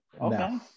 okay